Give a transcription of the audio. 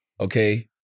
Okay